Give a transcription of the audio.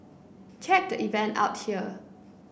check the event out here